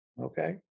okay